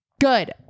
good